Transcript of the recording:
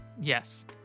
yes